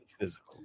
physical